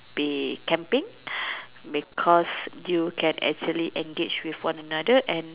be camping because you can actually engage with one another and